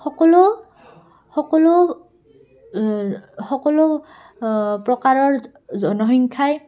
সকলো সকলো সকলো প্ৰকাৰৰ জনসংখ্যাই